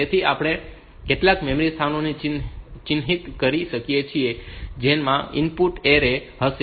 તેથી આપણે કેટલાક મેમરી સ્થાનોને ચિહ્નિત કરી શકીએ છીએ જેમાં ઇનપુટ એરે હશે